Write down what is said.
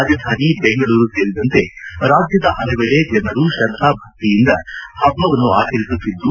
ರಾಜಧಾನಿ ಬೆಂಗಳೂರು ಸೇರಿದಂತೆ ರಾಜ್ಯದ ಹಲವೆಡೆ ಜನರು ಶ್ರದ್ದಾಭಕ್ತಿಯಿಂದ ಹಬ್ಬವನ್ನು ಆಚರಿಸುತ್ತಿದ್ದು